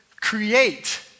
create